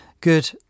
good